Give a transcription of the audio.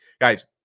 Guys